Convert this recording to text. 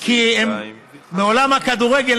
כי הם מעולם הכדורגל,